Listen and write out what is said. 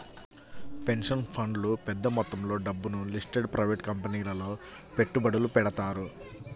pension ఫండ్లు పెద్ద మొత్తంలో డబ్బును లిస్టెడ్ ప్రైవేట్ కంపెనీలలో పెట్టుబడులు పెడతారు